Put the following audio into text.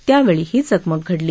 त्यावेळी ही चकमक घडली